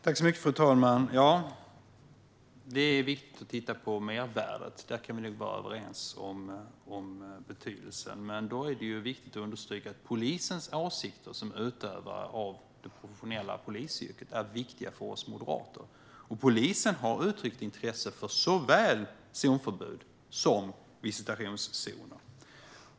Fru talman! Ja, det är viktigt att titta på mervärdet. Där kan vi nog vara överens om betydelsen. Men då är det viktigt att understryka att polisens åsikter är viktiga för oss moderater - det handlar om utövarna av det professionella polisyrket. Polisen har uttryckt intresse för såväl zonförbud som visitationszoner.